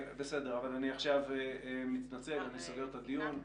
בסדר, אבל אני עכשיו מתנצל, אני סוגר את הדיון.